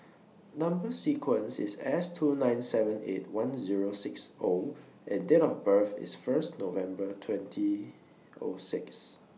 Number sequence IS S two nine seven eight one Zero six O and Date of birth IS First November twenty O six